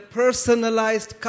personalized